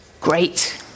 great